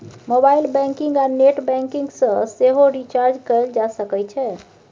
mobile banking आ net banking सँ सेहो रिचार्ज कएल जा सकै छै